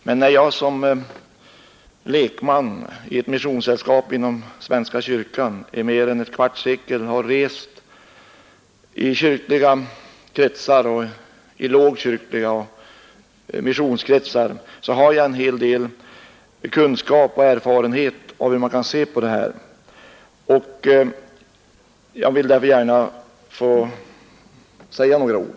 Men eftersom jag som lekman i ett missionssällskap inom svenska kyrkan i mer än ett kvarts sekel har rest i kyrkliga kretsar — lågkyrkliga kretsar och missionskretsar — har jag fått en hel del erfarenhet av hur man kan se på dessa frågor. Jag vill därför gärna säga några ord.